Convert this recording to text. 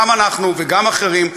גם אנחנו וגם אחרים.